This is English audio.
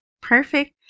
perfect